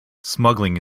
smuggling